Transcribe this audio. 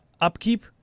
Upkeep